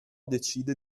decide